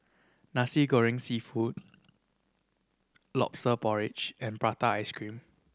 Nasi Goreng Seafood Lobster Porridge and prata ice cream